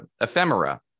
ephemera